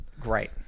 great